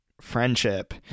friendship